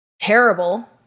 terrible